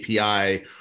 API